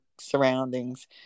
surroundings